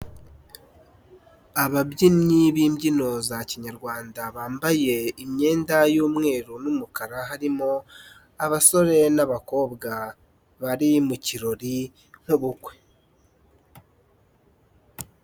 Ababyinnyi b'imbyino za kinyarwanda bambaye imyenda y'umweru n'umukara harimo abasore n'abakobwa bari mu kirori nk'ubukwe.